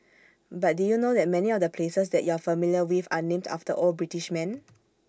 but did you know that many of the places that you're familiar with are named after old British men